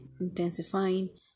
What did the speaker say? intensifying